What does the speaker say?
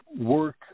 work